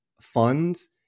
funds